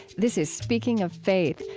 this is speaking of faith,